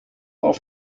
auf